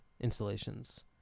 installations